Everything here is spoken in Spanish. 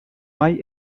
hay